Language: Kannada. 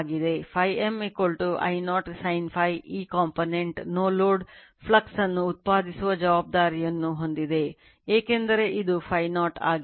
Im I0 sin Φ ಈ component ಫ್ಲಕ್ಸ್ ಅನ್ನು ಉತ್ಪಾದಿಸುವ ಜವಾಬ್ದಾರಿಯನ್ನು ಹೊಂದಿದೆ ಏಕೆಂದರೆ ಇದು Φ0 ಆಗಿದೆ